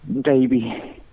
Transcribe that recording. Baby